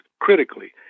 critically